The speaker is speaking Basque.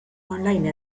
online